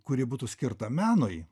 kuri būtų skirta menui